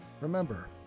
Remember